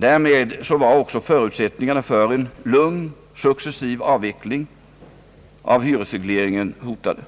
Därmed var också förutsättningarna för en lugn successiv avveckling av hyresregleringen hotade.